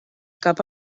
cap